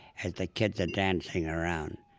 as the kids are dancing around,